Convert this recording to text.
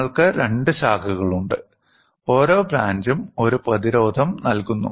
നിങ്ങൾക്ക് രണ്ട് ശാഖകളുണ്ട് ഓരോ ബ്രാഞ്ചും ഒരു പ്രതിരോധം നൽകുന്നു